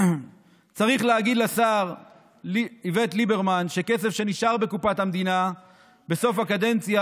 צריך להגיד לשר איווט ליברמן שכסף שנשאר בקופת המדינה בסוף הקדנציה,